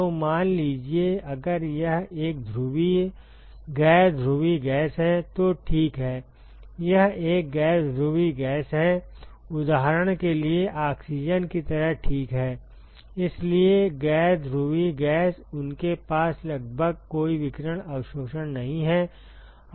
तो मान लीजिए अगर यह एक ध्रुवीय गैर ध्रुवीय गैस है तो ठीक हैयह एक गैर ध्रुवीय गैस है उदाहरण के लिए ऑक्सीजन की तरह ठीक है इसलिए गैर ध्रुवीय गैस उनके पास लगभग कोई विकिरण अवशोषण नहीं है